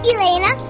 Elena